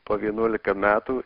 po vienuolika metų